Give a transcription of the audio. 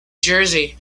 jersey